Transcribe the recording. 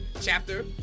chapter